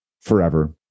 forever